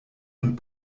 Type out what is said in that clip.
und